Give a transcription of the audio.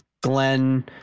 Glenn